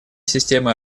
системы